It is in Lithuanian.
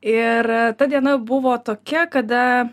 ir ta diena buvo tokia kada